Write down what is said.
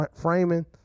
framing